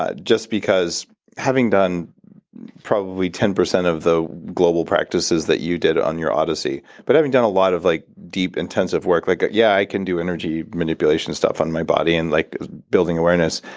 ah just because having done probably ten percent of the global practices that you did on your odyssey, but having done a lot of like deep, intensive work, like ah yeah, i can do energy manipulation stuff on my body and like building awareness,